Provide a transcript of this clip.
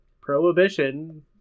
prohibition